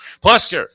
Plus